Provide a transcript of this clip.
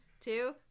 two